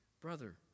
brother